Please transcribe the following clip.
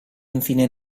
infine